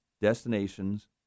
destinations